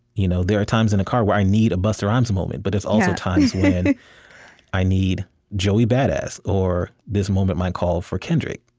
you know there are times in the car where i need a busta rhymes moment. but there's also times when i need joey badass. or this moment might call for kendrick.